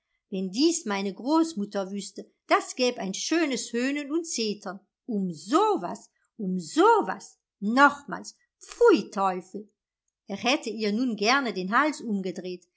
wenn dies meine großmutter wüßte das gäb ein schönes höhnen und zetern um so was um so was nochmals pfui teufel er hätte ihr nun gerne den hals umgedreht